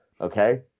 okay